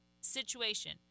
situation